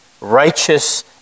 righteous